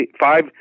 five